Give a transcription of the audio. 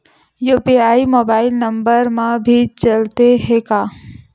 UPI mobile number मा भी चलते हे का?